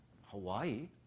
Hawaii